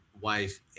wife